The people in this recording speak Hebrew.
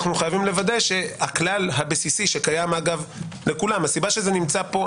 אנחנו חייבים לוודא שהכלל הבסיסי שקיים אגב לכולם הסיבה שזה נמצא פה,